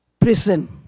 Prison